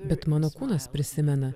bet mano kūnas prisimena